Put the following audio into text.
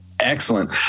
excellent